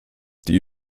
die